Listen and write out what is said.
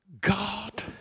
God